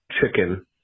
chicken